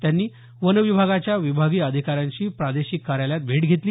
त्यांनी वन विभागाच्या विभागीय अधिकाऱ्यांची प्रादेशिक कार्यालयात भेट घेतली